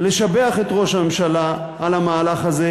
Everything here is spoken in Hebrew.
לשבח את ראש הממשלה על המהלך הזה,